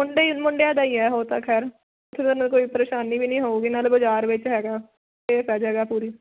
ਮੁੰਡੇ ਹੀ ਮੁੰਡਿਆਂ ਦਾ ਹੀ ਹੈ ਹੋ ਤਾਂ ਖੈਰ ਉੱਥੇ ਤੁਹਾਨੂੰ ਕੋਈ ਪਰੇਸ਼ਾਨੀ ਵੀ ਨਹੀਂ ਹੋਵੇਗੀ ਨਾਲੇ ਬਾਜ਼ਾਰ ਵਿੱਚ ਹੈਗਾ ਸੇਫ ਹੈ ਜਗ੍ਹਾ ਪੂਰੀ